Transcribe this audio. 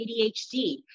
ADHD